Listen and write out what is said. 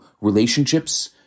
relationships